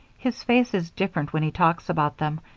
his face is different when he talks about them,